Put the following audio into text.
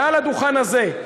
מעל הדוכן הזה.